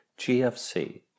GFC